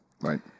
Right